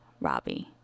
robbie